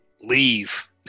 leave